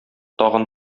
тагын